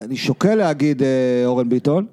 אני שוקל להגיד אורן ביטון